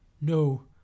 no